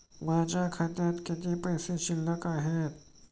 माझ्या खात्यात किती पैसे शिल्लक आहेत?